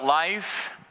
life